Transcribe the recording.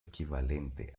equivalente